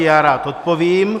Já rád odpovím.